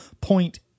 point